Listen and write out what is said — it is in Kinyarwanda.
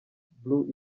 blue